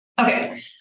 Okay